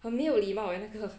很没有礼貌 eh 那个